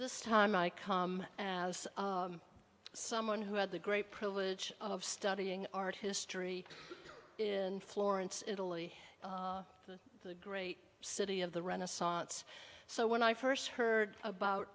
this time i come as someone who had the great privilege of studying art history in florence italy the great city of the renaissance so when i first heard about